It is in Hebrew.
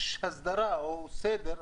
אלא שיש הסדרה או סדר.